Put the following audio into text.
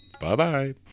Bye-bye